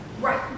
Right